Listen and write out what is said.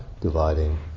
dividing